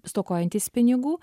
stokojantys pinigų